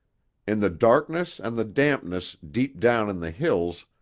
in the darkness and the dampness deep down in the hills,